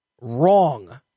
Wrong